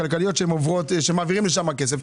גם לעירייה יש כל מיני חברות כלכליות שמעבירים לשם כסף.